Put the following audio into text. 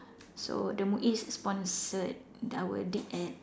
so the Muis sponsored our DipEd